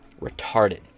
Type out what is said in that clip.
retarded